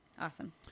Awesome